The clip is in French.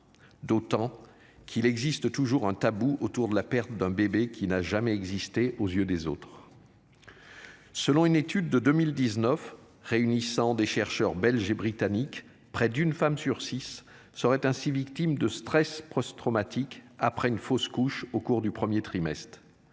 D'autant qu'il existe toujours un tabou autour de la perte d'un bébé qui n'a jamais existé aux yeux des autres. Selon une étude de 2019, réunissant des chercheurs belges et britanniques près d'une femme sur six ça aurait ainsi victimes de stress post-traumatique, après une fausse couche au cours du 1er trimestre.